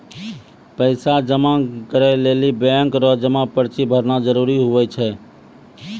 पैसा जमा करै लेली बैंक रो जमा पर्ची भरना जरूरी हुवै छै